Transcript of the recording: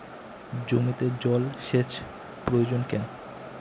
জমিতে জল সেচ প্রয়োজন কেন?